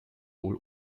wohl